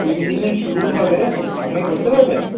তিন দিনের শ্যুট হবে আপনি কি করতে পারবেন